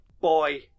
Boy